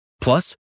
Plus